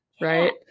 right